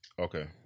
okay